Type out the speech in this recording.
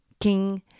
king